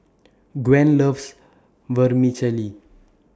Gwen loves Vermicelli